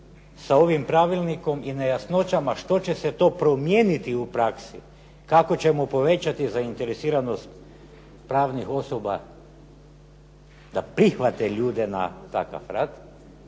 sa ovim pravilnikom i nejasnoćama što će se to promijeniti u praksi, kako ćemo povećati zainteresiranost pravnih osoba da prihvate ljude na takav rad